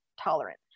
tolerant